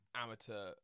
amateur